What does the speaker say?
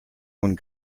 und